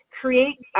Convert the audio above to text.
create